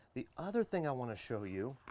the other thing i wanna show you